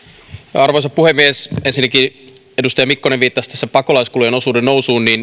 arvoisa puhemies ensinnäkin edustaja mikkonen viittasi tässä pakolaiskulujen osuuden nousuun